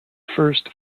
first